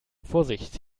vorsicht